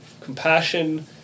compassion